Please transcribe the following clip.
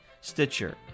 Stitcher